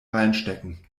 reinstecken